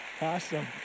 Awesome